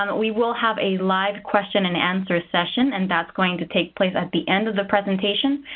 um we will have a live question and answer session, and that's going to take place at the end of the presentation.